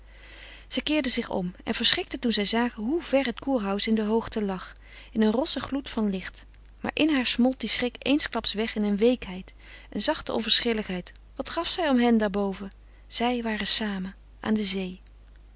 zij keerden zich om en verschrikten toen zij zagen hoe ver het kurhaus in de hoogte lag in een rossen gloed van licht maar in haar smolt die schrik eensklaps weg in een weekheid een zachte onverschilligheid wat gaf zij om hen daar boven zij waren samen aan de zee